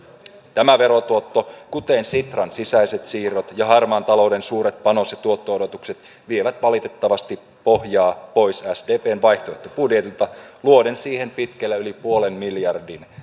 tämä verotuotto kuten sitran sisäiset siirrot ja harmaan talouden suuret panos ja tuotto odotukset vie valitettavasti pohjaa pois sdpn vaihtoehtobudjetilta luoden siihen pitkälle yli puolen miljardin